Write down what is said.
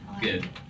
Good